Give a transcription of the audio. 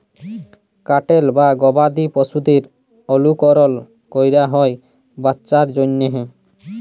cattle বা গবাদি পশুদের অলুকরল ক্যরা হ্যয় বাচ্চার জ্যনহে